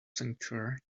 sanctuary